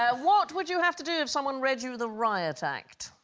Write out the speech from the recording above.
ah what would you have to do if someone read you the riot act